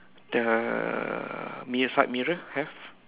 the mirror side mirror have